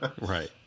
Right